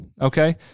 okay